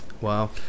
Wow